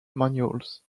manuals